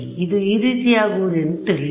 ಇದು ಈ ರೀತಿಯಾಗುವುದೆಂದು ತಿಳಿದಿದೆ